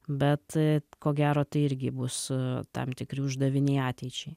bet ko gero tai irgi bus tam tikri uždaviniai ateičiai